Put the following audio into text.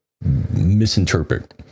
misinterpret